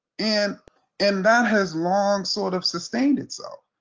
and and that has long sort of sustained itself.